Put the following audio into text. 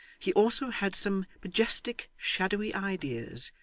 he also had some majestic, shadowy ideas,